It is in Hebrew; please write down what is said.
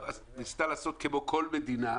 אז ניסתה לעשות כמו כל מדינה,